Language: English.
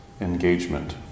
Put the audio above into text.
engagement